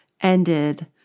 ended